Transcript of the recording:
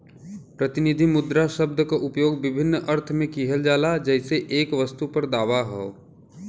प्रतिनिधि मुद्रा शब्द क उपयोग विभिन्न अर्थ में किहल जाला जइसे एक वस्तु पर दावा हौ